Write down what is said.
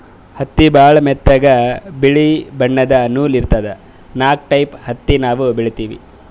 ಹತ್ತಿ ಭಾಳ್ ಮೆತ್ತಗ ಬಿಳಿ ಬಣ್ಣದ್ ನೂಲ್ ಇರ್ತದ ನಾಕ್ ಟೈಪ್ ಹತ್ತಿ ನಾವ್ ಬೆಳಿತೀವಿ